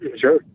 Sure